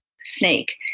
snake